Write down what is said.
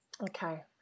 Okay